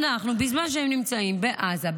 בזמן שהם נמצאים בעזה,